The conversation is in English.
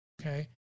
Okay